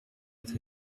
with